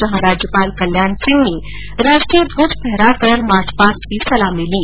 जहां राज्यपाल कल्याण सिंह ने राष्ट्रीय ध्वज फहराकर मार्चपास्ट की सलामी ली